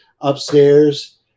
upstairs